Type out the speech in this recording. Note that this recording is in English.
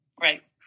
Right